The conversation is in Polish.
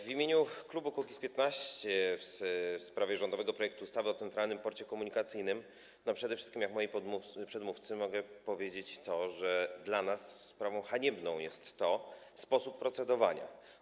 W imieniu klubu Kukiz’15 w sprawie rządowego projektu ustawy o Centralnym Porcie Komunikacyjnym przede wszystkim, tak jak moi przedmówcy, mogę powiedzieć to, że dla nas sprawą haniebną jest sposób procedowania.